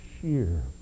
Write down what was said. sheer